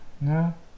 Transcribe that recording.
No